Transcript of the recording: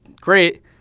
great